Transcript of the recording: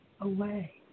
away